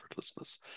effortlessness